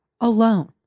Alone